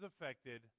affected